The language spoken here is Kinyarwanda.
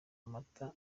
mata